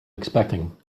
expecting